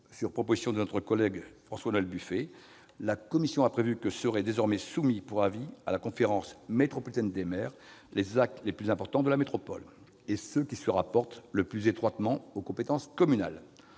sur proposition de notre collègue François-Noël Buffet, la commission a prévu que seraient désormais soumis pour avis à la conférence métropolitaine des maires les actes les plus importants de la métropole et ceux qui se rapportent le plus étroitement aux compétences communales.